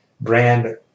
brand